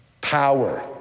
power